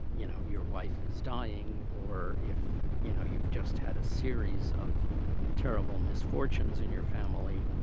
you know, your wife is dying or if, you know, you've just had a series of terrible misfortunes in your family,